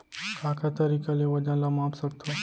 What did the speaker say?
का का तरीक़ा ले वजन ला माप सकथो?